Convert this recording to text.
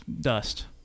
dust